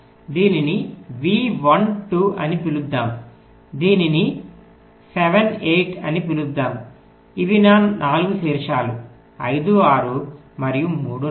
దీనిని v 1 2 అని పిలుద్దాం దీనిని 7 8 అని పిలుద్దాం ఇవి నా 4 శీర్షాలు 5 6 మరియు 3 4